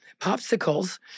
popsicles